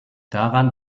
daran